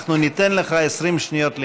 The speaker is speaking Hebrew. אנחנו ניתן לך 20 שניות להתארגנות,